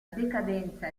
decadenza